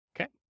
okay